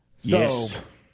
Yes